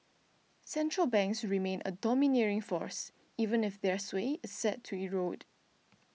central banks remain a domineering force even if their sway is set to erode